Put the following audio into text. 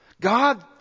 God